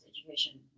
education